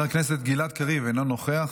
חבר הכנסת גלעד קריב, אינו נוכח.